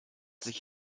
sich